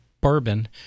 Bourbon